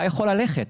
אתה יכול ללכת,